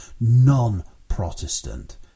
non-Protestant